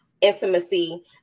intimacy